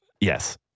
Yes